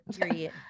Period